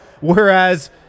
whereas